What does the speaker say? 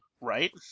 Right